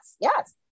yes